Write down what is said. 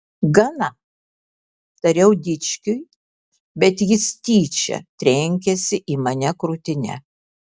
gana tariau dičkiui bet jis tyčia trenkėsi į mane krūtine